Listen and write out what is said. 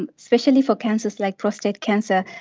and especially for cancers like prostate cancer,